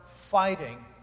fighting